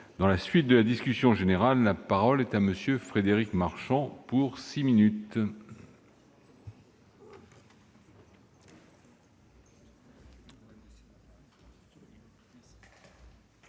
Dans la suite de la discussion générale, la parole est à M. Frédéric Marchand. Monsieur